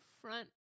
front